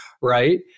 right